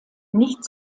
nicht